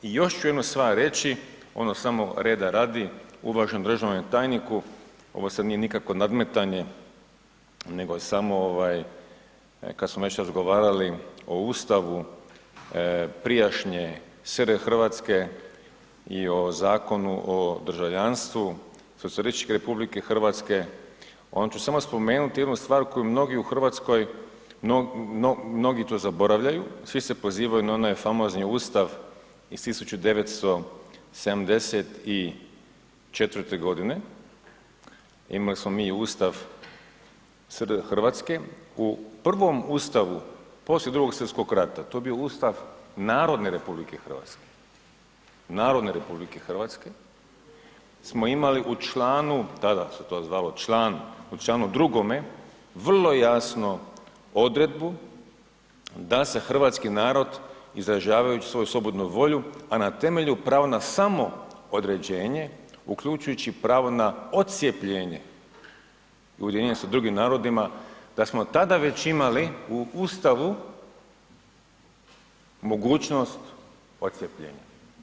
I još ču jednu stvar reći ono samo reda radi uvaženom državnom tajniku, ovo sad nije nikakvo nadmetanje nego je samo kad smo već razgovarali o Ustavu prijašnje SR Hrvatske i o Zakonu o državljanstvu SR Hrvatske, onda ću samo spomenuti jednu stvar koju mnogu u Hrvatskoj, mnogi to zaboravljaju, svi se pozivaju na onaj famozni Ustav iz 1974. g., imali smo mi i Ustav SR Hrvatske, i prvom Ustavu poslije II. svj. rata, to je bio ustav NR Hrvatske, NR Hrvatske smo imali u članu, tada se to zvalo član, u članu 2. vrlo jasno odredbu da se hrvatski narod izražavajući svoju slobodnu volju a na temelju prava na samoodređenje uključujući pravo na odcjepljenje i ujedinjenje sa drugim narodima, da smo tada već imali u Ustavu mogućnost odcjepljenja.